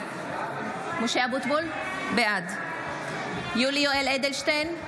משה אבוטבול, בעד יולי יואל אדלשטיין,